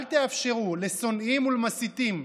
אל תאפשרו לשונאים ולמסיתים,